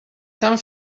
tan